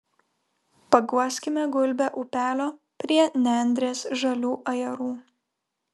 paguoskime gulbę upelio prie nendrės žalių ajerų